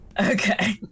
Okay